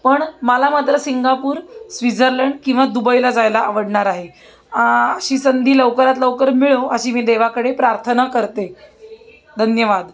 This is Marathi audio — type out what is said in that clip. पण मला मात्र सिंगापूर स्विझरलंड किंवा दुबईला जायला आवडणार आहे अशी संधी लवकरात लवकर मिळो अशी मी देवाकडे प्रार्थना करते धन्यवाद